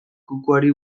kukuari